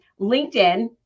LinkedIn